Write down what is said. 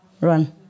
run